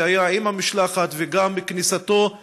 שהיה עם המשלחת וגם כניסתו נאסרה.